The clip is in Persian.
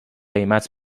قیمت